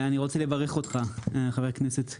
אני רוצה לברך אותך, חבר הכנסת קלנר.